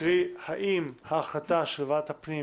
קרי האם ההחלטה של ועדת הפנים